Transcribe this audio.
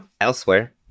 elsewhere